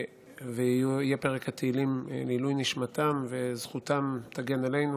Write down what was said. יהיה פרק התהילים לעילוי נשמתם, וזכותם תגן עלינו.